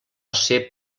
ser